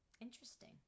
Interesting